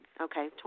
okay